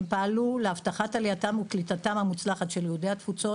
הם פעלו להבטחת עלייתם וקליטתם המוצלחת של יהודי התפוצות